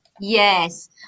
Yes